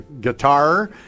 guitar